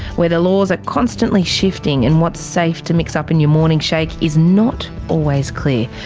where the laws are constantly shifting, and what's safe to mix up in your morning shake is not always clear.